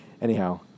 Anyhow